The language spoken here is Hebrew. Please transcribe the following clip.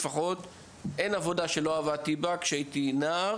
אין עבודה שלא עבדתי בה כשהייתי נער